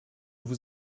vous